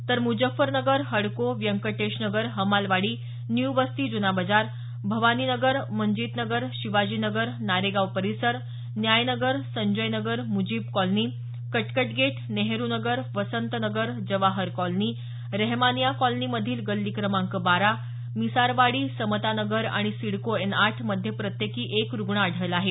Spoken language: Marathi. तर मुझफ्फर नगर हडको व्यंकटेश नगर हमालवाडी न्यू वस्ती जुनाबाजार भवानी नगर मनजीत नगर शिवाजी नगर नारेगाव परिसर Nyay Nagar Sanjay Nagar Mujib colony Katkat gate Nehru Nagar Vasant Nagar Jawahar colony Rahemania colony मधील गल्ली क्रमांक बारा मिसारवाडी समता नगर आणि सिडको एन आठ मध्ये प्रत्येकी एक रूग्ण आढळला आहे